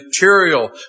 material